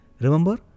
Remember